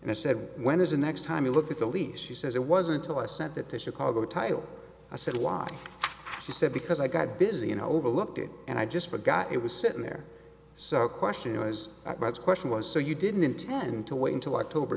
and i said when is the next time you look at the lease she says it wasn't till i sent it to chicago title i said why she said because i got busy and overlooked it and i just forgot it was sitting there so question was that rights question was so you didn't intend to wait until october